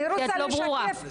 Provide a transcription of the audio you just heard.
כי את לא ברורה.